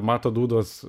mato dūdos